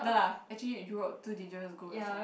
no lah actually Europe too dangerous go yourself